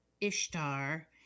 Ishtar